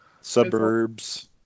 Suburbs